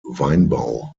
weinbau